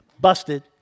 busted